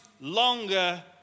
longer